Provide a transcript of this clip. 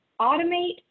automate